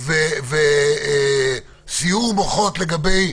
נכון לפתוח את זה,